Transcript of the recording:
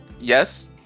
Yes